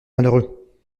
malheureux